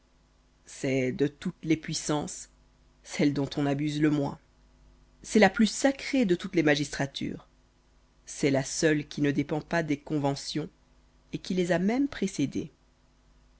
c'est de toutes les puissances celle dont on abuse le moins c'est la plus sacrée de toutes les magistratures c'est la seule qui ne dépend pas des conventions et qui les a même précédées